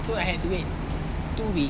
so I had to wait two week